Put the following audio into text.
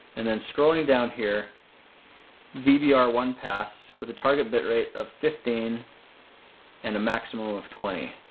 and then scrolling down here v b r one pass with a target bit rate of fifteen and a maximum of twenty.